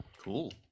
cool